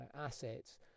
assets